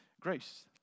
grace